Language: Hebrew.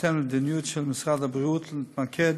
ובהתאם למדיניות של משרד הבריאות להתמקד